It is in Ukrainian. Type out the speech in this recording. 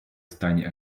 стані